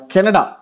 Canada